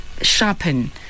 sharpen